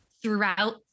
throughout